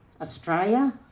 Australia